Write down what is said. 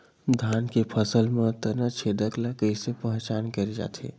धान के फसल म तना छेदक ल कइसे पहचान करे जाथे?